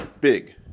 big